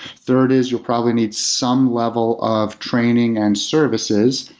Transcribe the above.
third is you'll probably need some level of training and services,